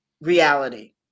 reality